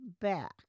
back